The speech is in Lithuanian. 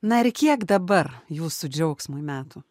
na ir kiek dabar jūsų džiaugsmui metų